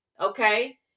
Okay